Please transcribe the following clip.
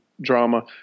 drama